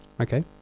Okay